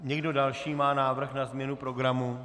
Někdo další má návrh na změnu programu?